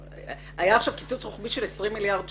היה עכשיו קיצוץ רוחבי של 20 מיליארד שקלים.